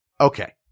Okay